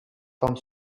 forme